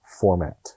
format